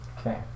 Okay